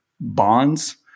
bonds